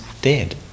dead